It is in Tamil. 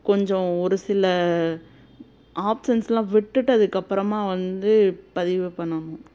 கொஞ்சம் ஒரு சில ஆப்ஷன்ஸுலாம் விட்டுட்டு அதுக்கப்புறமா வந்து பதிவு பண்ணணும்